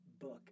book